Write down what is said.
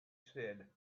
said